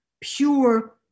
pure